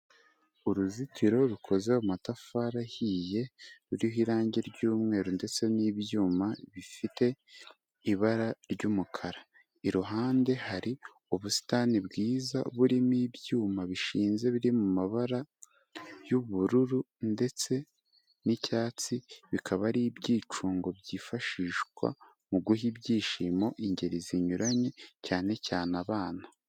Uruzitiro rukoze amatafari ahiye ruriho irangi ry'umweru ndetse n'ibyuma bifite ibara ry'umukara. Iruhande hari ubusitani bwiza burimo ibyuma bishinze biri mu mabara y'ubururu ndetse n'icyatsi, bikaba ari ibyicungo byifashishwa mu guha ibyishimo ingeri zinyuranye cyane cyane abana.